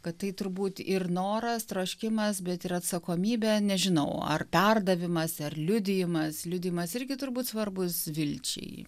kad tai turbūt ir noras troškimas bet ir atsakomybė nežinau ar perdavimas ar liudijimas liudijimas irgi turbūt svarbūs vilčiai